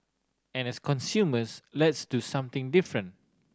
and as consumers let's do something different